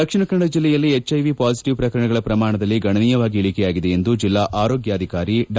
ದಕ್ಷಿಣ ಕನ್ನಡ ಜಿಲ್ಲೆಯಲ್ಲಿ HIV positive ಪ್ರಕರಣಗಳ ಪ್ರಮಾಣದಲ್ಲಿ ಗಣನೀಯವಾಗಿ ಇಳಿಕೆಯಾಗಿದೆ ಎಂದು ಜಿಲ್ಲಾ ಆರೋಗ್ಯಧಿಕಾರಿ ಡಾ